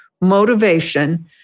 motivation